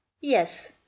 Yes